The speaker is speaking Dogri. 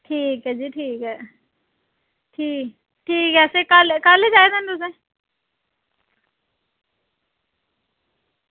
ठीक ऐ जी ठीक ऐ ठीक ठीक ऐ जी कल्ल चाहिदा नी तुसें